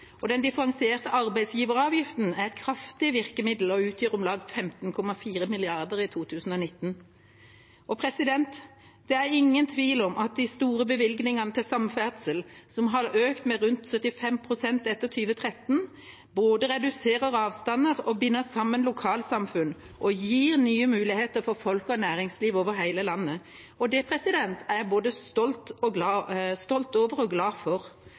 og den differensierte arbeidsgiveravgiften er et kraftig virkemiddel og utgjør om lag 15,4 mrd. kr i 2019. Det er ingen tvil om at de store bevilgningene til samferdsel, som har økt med rundt 75 pst. etter 2013, både reduserer avstander, binder sammen lokalsamfunn og gir nye muligheter for folk og næringsliv over hele landet. Det er jeg både stolt over og glad